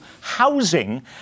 housing